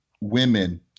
women